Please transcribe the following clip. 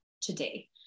today